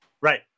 right